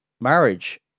marriage